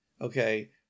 okay